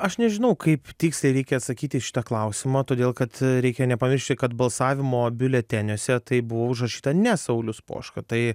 aš nežinau kaip tiksliai reikia atsakyti į šitą klausimą todėl kad reikia nepamiršti kad balsavimo biuleteniuose tai buvo užrašyta ne saulius poška tai